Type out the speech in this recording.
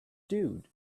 dude